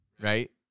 right